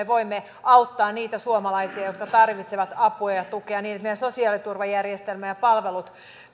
voimme auttaa niitä suomalaisia jotka tarvitsevat apua ja tukea niin että meidän sosiaaliturvajärjestelmä ja palvelut